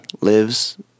lives